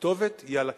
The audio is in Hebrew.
הכתובת היא על הקיר,